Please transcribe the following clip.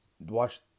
watch